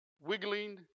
wiggling